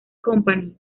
company